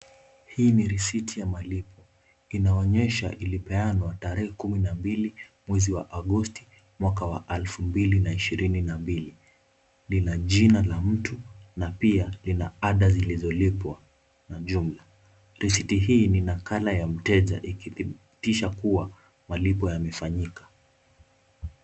Hi ni risiti ya mwalimu. Inaonyesha ilipeanwa tarehe kumi na mbili, mwezi wa Agosti, mwaka wa elfu mbili na ishirini na mbili. Ina jina la mtu na pia ina ada zilizolipwa na jumla. Risiti hii ni nakala ya mteja ikidhibitisha kuwa malipo yamefanyika.